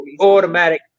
automatic